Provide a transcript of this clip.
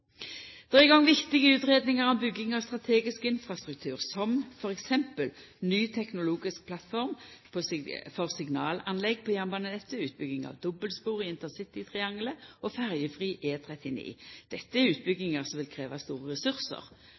Det er i gang viktige utgreiingar om bygging av strategisk infrastruktur, som f.eks. ny teknologisk plattform for signalanlegg på jernbanenettet, utbygging av dobbeltspor i intercitytriangelet og ferjefri E39. Dette er utbyggingar som vil krevja store ressursar.